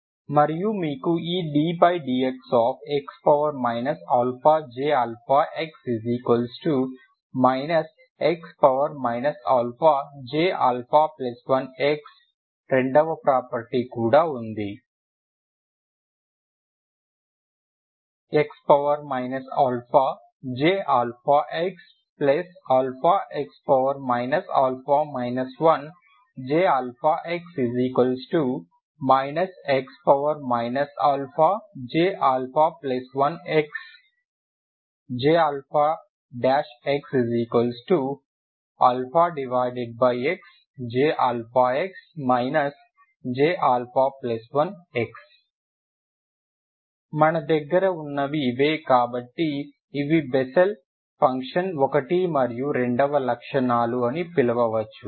మరియు మీకు ఈ ddxx αJx x αJα1x 2 వ ప్రాపర్టీ కూడా ఉంది x αJxαx α 1Jx x αJα1x JxxJx Jα1x మన దగ్గర ఉన్నది ఇవే కాబట్టి ఇవి బెస్సెల్ ఫంక్షన్ 1 మరియు 2 వ లక్షణాలు అని పిలవవచ్చు